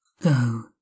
go